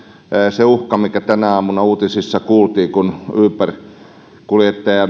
se uhka mikä tänä aamuna uutisissa kuultiin kun